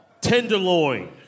Tenderloin